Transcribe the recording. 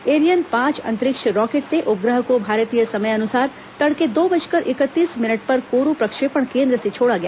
Ariane पांच अंतरिक्ष rocket से उपग्रह को भारतीय समयानुसार तड़के दो बजकर इकतीस मिनट पर कोरू प्रक्षेपण केन्द्र से छोड़ा गया